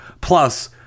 Plus